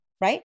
right